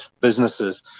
businesses